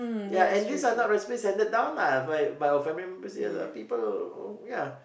ya and these are not recipes handed down lah by by our family members there are people ya